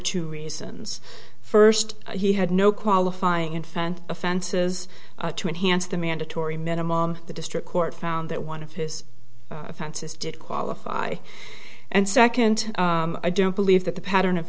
two reasons first he had no qualifying infant offenses to enhance the mandatory minimum the district court found that one of his offenses did qualify and second i don't believe that the pattern of